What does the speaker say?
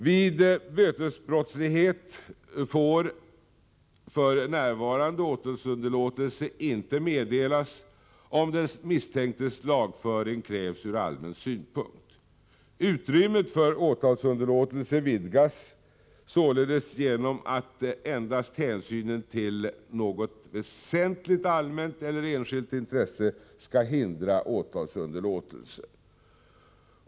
Vid bötesbrottslighet får f.n. åtalsunderlåtelse inte meddelas om den misstänktes lagföring krävs ur allmän synpunkt. Utrymmet för åtalsunderlåtelse vidgas således genom att endast hänsynen till något väsentligt allmänt eller enskilt intresse skall hindra åtalsunderlåtelse.